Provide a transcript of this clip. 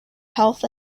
health